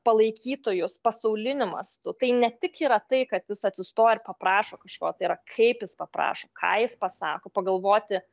palaikytojus pasauliniu mastu tai ne tik yra tai kad jis atsistoja ir paprašo kažko tai yra kaip jis paprašo ką jis pasako pagalvoti